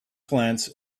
glance